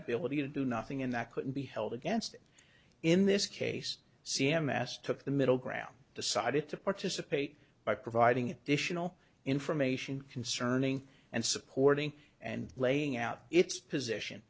ability to do nothing in that could be held against in this case c m s took the middle ground decided to participate by providing additional information concerning and supporting and laying out its position